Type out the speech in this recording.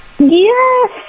Yes